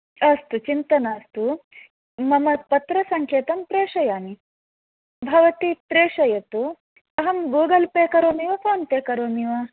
अस्तु चिन्ता मास्तु मम पत्रसङ्केतं प्रेषयामि भवती प्रेषयतु अहं गूगल् पे करोमि वा फोन् पे करोमि वा